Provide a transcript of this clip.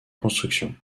construction